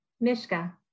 Mishka